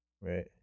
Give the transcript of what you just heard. right